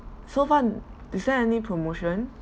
so far is there any promotion